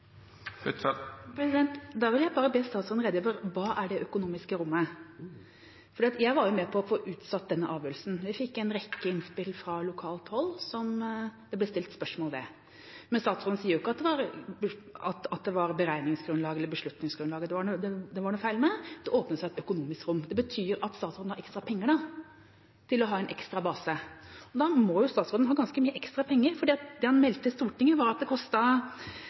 Da vil jeg bare be statsråden redegjøre for: Hva er det økonomiske rommet? Jeg var med på å få utsatt den avgjørelsen. Vi fikk en rekke innspill fra lokalt hold, som det ble stilt spørsmål ved. Men statsråden sier ikke at det var beregningsgrunnlaget eller beslutningsgrunnlaget det var noe feil med – det «åpnet seg et økonomisk rom». Det betyr at statsråden har ekstra penger til å ha en ekstra base? Da må jo statsråden ha ganske mye ekstra penger, for det han meldte til Stortinget, var 200 mill. kr i fornyelseskostnader for å opprettholde Setnesmoen. Hvor er de pengene hen? Betyr det